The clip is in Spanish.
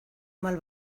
mal